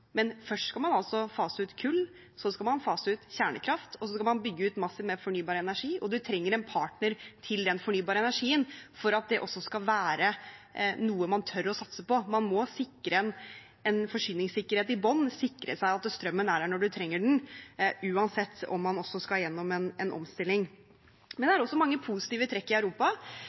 men først skal man fase ut kull, så skal man fase ut kjernekraft, og så skal man bygge ut masse fornybar energi, og man trenger en partner til den fornybare energien for at det også skal være noe man tør å satse på. Man må sikre en forsyningssikkerhet i bunnen, sikre seg at strømmen er der når man trenger den, uansett om man skal gjennom en omstilling. Men det er også mange positive trekk i Europa.